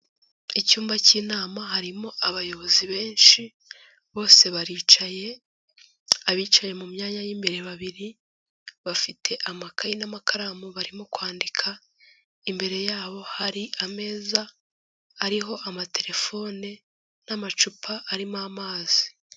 Icyumba cy'inama harimo abayobozi benshi, bose baricaye. Abicaye mu myanya y'imbere babiri bafite amakaye n'amakaramu, barimo kwandika, imbere yabo hari ameza ariho amaterefone n'amacupa arimo amazi.